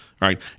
right